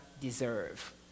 deserve